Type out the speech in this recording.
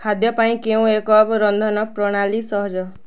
ଖାଦ୍ୟ ପାଇଁ କେଉଁ ଏକ ରନ୍ଧନ ପ୍ରଣାଳୀ ସହଜ